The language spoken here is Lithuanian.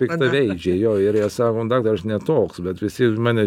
piktaveidžiai jo ir jie sako nu daktare aš ne toks bet visi mane